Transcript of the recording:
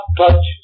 touch